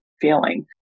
feeling